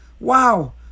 Wow